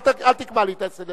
אל תקבע לי את הסדר,